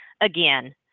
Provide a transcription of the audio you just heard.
again